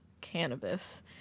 cannabis